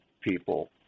people